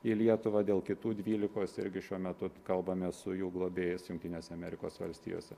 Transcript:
į lietuvą dėl kitų dvylikos irgi šiuo metu kalbamės su jų globėjais jungtinėse amerikos valstijose